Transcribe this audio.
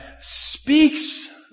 speaks